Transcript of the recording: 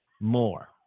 more